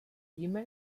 víme